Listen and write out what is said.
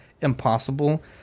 impossible